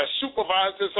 supervisors